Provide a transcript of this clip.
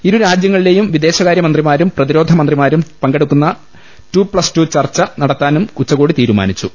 ഇരു രാജ്യങ്ങളിലെയും വിദേശകാര്യ മന്ത്രിമാരും പ്രതിരോധ മന്ത്രിമാരും പങ്കെടുക്കുന്ന ടു പ്ലസ് ടു ചർച്ച നടത്താനും ഉച്ചകോടി തീരുമാനിച്ചു